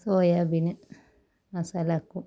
soybean മസാലാക്കും